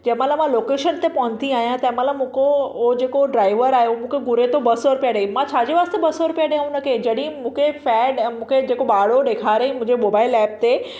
जंहिं महिल मां लोकेशन ते पहुती आहियां तंहि महिल मूं खे उहो जेको ड्राइवर आहे उहो मूंखे घुरे थो ब सौ रुपयो ॾे मां छाजे वास्ते ॿ सौ रुपया ॾियां हुनखे जॾहिं मूंखे फ़ैड ऐं मुखे भाड़ो ॾेखारियई मुंहिंजे मोबाइल एप ते